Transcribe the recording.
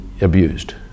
abused